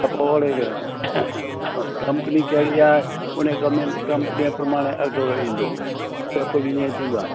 त पोइ ओहिड़े ॻण कंपनी कहिड़ी आहे उन कमिनी कंपनीए प्रमाणे अघु ईंदो सभु कुझु ईअं थींदो आहे